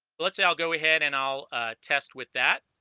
let's say i'll go ahead and i'll test with that